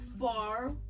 far